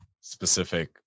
specific